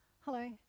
hello